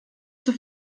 zur